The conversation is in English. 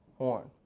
horn